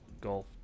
golf